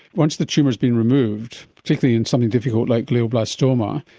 once the tumour has been removed, particularly in something difficult like glioblastoma,